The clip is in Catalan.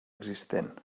existent